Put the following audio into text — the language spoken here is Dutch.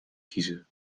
kiezen